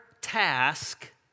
task